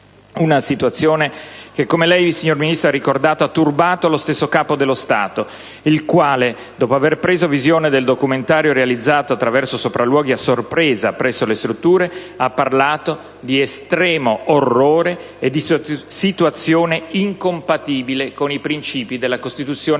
una situazione che, come lei, signor Ministro, ha ricordato, ha turbato lo stesso Capo dello Stato, il quale, dopo avere preso visione del documentario realizzato attraverso sopralluoghi a sorpresa presso le strutture, ha parlato di "estremo orrore" e di situazione "incompatibile" con i principi della Costituzione